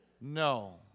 no